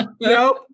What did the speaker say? Nope